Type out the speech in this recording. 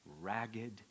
Ragged